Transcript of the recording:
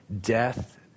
death